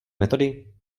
metody